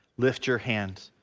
lift your hands,